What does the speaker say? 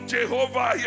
Jehovah